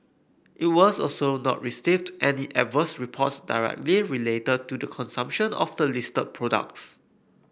it was also not received any adverse reports directly related to the consumption of the listed products